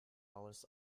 aus